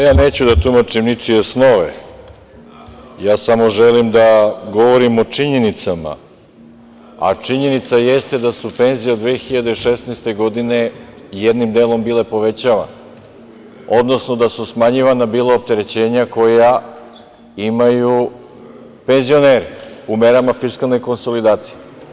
Ja neću da tumačim ničije snove, ja samo želim da govorim o činjenicama, a činjenica jeste da su penzije od 2016. godine jednim delom bile povećavane, odnosno da su smanjivana bila opterećenja koja imaju penzioneri u merama fiskalne konsolidacije.